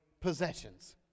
possessions